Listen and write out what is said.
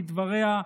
לדבריה.